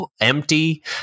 empty